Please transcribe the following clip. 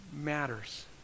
matters